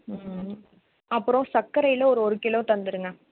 அப்புறம் சக்கரையில் ஒரு ஒரு கிலோ தந்துடுங்க